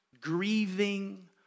grieving